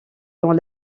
dans